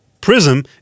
PRISM